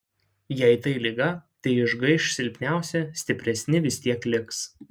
jei tai liga tai išgaiš silpniausi stipresni vis tiek liks